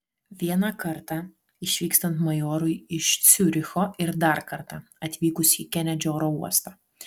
vieną kartą išvykstant majorui iš ciuricho ir dar kartą atvykus į kenedžio oro uostą